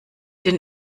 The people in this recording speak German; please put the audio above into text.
den